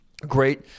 Great